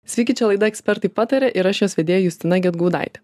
sveiki čia laida ekspertai pataria ir aš jos vedėja justina gedgaudaitė